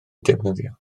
defnyddio